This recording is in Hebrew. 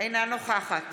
אינה נוכחת